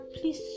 please